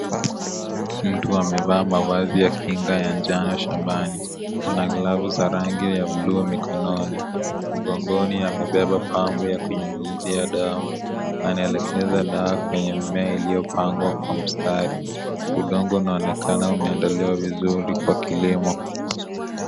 Mtu amevaa mavazi ya kinga ya njano shambani, ana glavu za rangi ya bulu mkononi, mgongoni amebeba pampu ya kunyunyuzia dawa, anaelekeza na kwenye mimea iliyopangwa kwa mstari, udongo unaonekana umeandaliwa vizuri kwa kilimo.